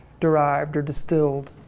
derived or distilled.